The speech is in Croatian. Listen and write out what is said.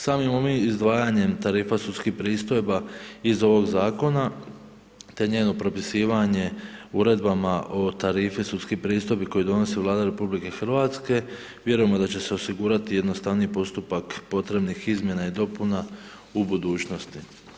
Samim ovim izdvajanjem tarifa sudskih pristojba iz ovog zakona te njeno propisivanja uredbama o tarifi sudskih pristojbi koje donosi Vlada RH vjerujemo da će se osigurati jednostavnih postupak potrebnih izmjena i dopuna u budućnosti.